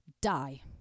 die